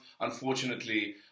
unfortunately